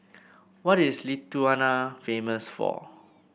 what is Lithuania famous for